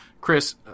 Chris